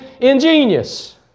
ingenious